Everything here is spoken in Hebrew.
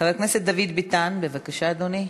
חבר הכנסת דוד ביטן, בבקשה, אדוני.